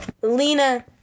Lena